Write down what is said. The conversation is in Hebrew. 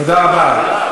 תודה רבה.